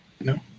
No